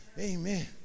Amen